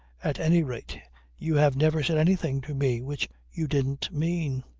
at any rate you have never said anything to me which you didn't mean.